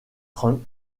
trump